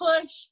push